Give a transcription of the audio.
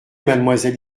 mademoiselle